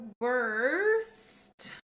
worst